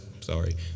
Sorry